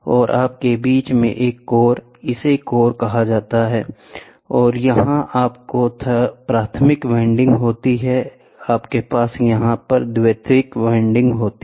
और आपके बीच में एक कोर है इसे कोर कहा जाता है और यहां आपको प्राथमिक वाइंडिंग होगी और आपके पास द्वितीयक वाइंडिंग होगी